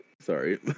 Sorry